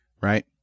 right